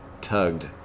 tugged